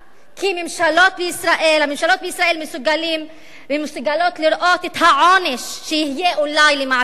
כי הממשלות בישראל מסוגלות לראות את העונש שיהיה אולי על מעשיהן,